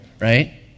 right